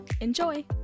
Enjoy